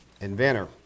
inventor